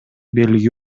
белги